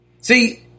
See